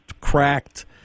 cracked